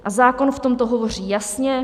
A zákon v tomto hovoří jasně.